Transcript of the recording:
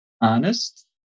honest